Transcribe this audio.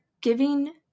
giving